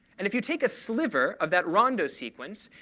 and if you take a sliver of that rondo sequence,